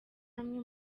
amwe